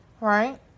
right